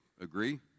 agree